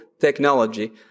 technology